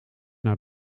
naar